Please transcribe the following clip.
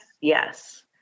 Yes